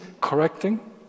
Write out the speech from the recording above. correcting